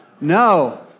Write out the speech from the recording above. No